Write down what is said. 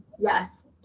Yes